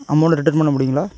amount return பண்ண முடியுங்களா